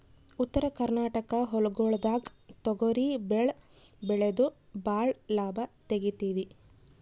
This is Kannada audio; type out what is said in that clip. ಉತ್ತರ ಕರ್ನಾಟಕ ಹೊಲ್ಗೊಳ್ದಾಗ್ ತೊಗರಿ ಭಾಳ್ ಬೆಳೆದು ಭಾಳ್ ಲಾಭ ತೆಗಿತೀವಿ